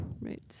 Right